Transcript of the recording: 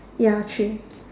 ya three